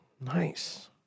Nice